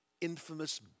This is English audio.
infamous